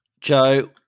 Joe